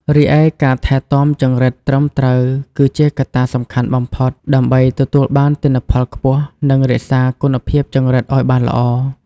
រីឯការថែទាំចង្រិតត្រឹមត្រូវគឺជាកត្តាសំខាន់បំផុតដើម្បីទទួលបានទិន្នផលខ្ពស់ និងរក្សាគុណភាពចង្រិតឲ្យបានល្អ។